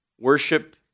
worship